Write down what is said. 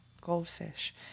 goldfish